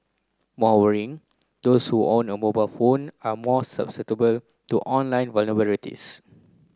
more worrying those who own a mobile phone are more susceptible to online